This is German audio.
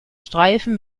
streifen